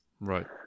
Right